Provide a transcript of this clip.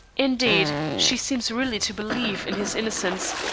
indeed, she seems really to believe in his innocence,